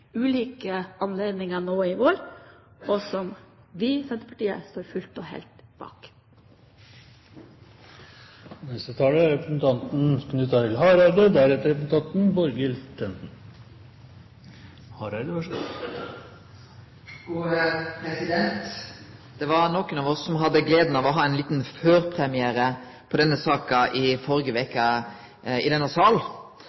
ulike anledninger i år har slått fast, og som vi i Senterpartiet fullt og helt stiller oss bak. Det var nokre av oss som hadde gleda av å ha ein liten førpremiere på denne saka i